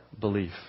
belief